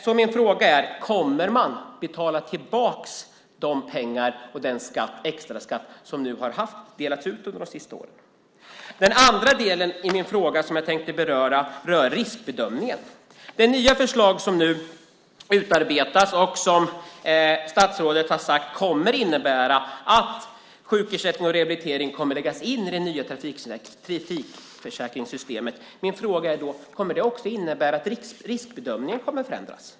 Så min fråga är: Kommer man att betala tillbaka de pengar och den extraskatt som har delats ut under de senaste åren? Den andra delen i frågan som jag tänkte beröra rör riskbedömningen. Det nya förslaget som nu utarbetas och som statsrådet har sagt kommer att innebära att sjukersättning och rehabilitering kommer att läggas in i det nya trafikförsäkringssystemet, kommer det också att innebära att riskbedömningen kommer att förändras?